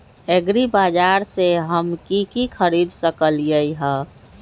एग्रीबाजार से हम की की खरीद सकलियै ह?